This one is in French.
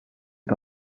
est